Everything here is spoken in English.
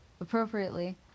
Appropriately